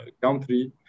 country